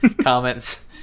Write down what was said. comments